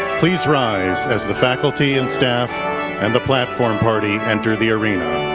please rise as the faculty and staff and the platform party enter the arena.